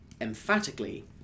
emphatically